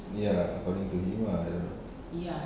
ya according to him lah I don't know